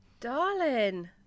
Darling